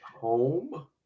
home